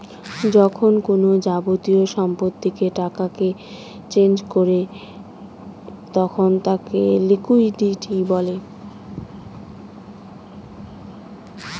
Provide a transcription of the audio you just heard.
যখন কোনো যাবতীয় সম্পত্তিকে টাকাতে চেঞ করে তখন তাকে লিকুইডিটি বলে